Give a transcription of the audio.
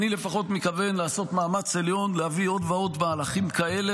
אני לפחות מתכוון לעשות מאמץ עליון להביא עוד ועוד מהלכים כאלה